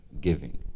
Giving